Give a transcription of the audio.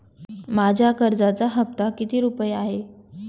माझ्या कर्जाचा हफ्ता किती रुपये आहे?